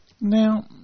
Now